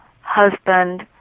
husband